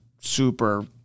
super